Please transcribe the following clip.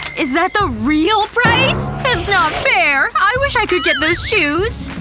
is that the real price! it's not fair. i wish i could get those shoes.